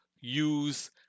use